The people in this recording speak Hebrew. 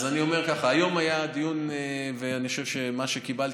אז היום היה דיון, ואני חושב שהדיווח שקיבלתי,